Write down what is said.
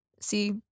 see